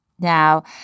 Now